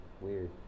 Weird